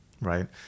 Right